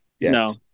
No